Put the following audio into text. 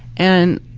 and